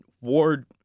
Ward